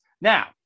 Now